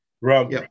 Rob